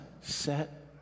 set